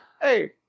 hey